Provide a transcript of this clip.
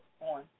on